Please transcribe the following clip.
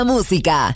Música